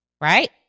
right